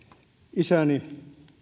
isäni